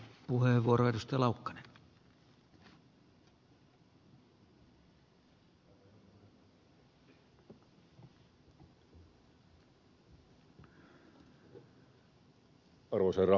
arvoisa herra puhemies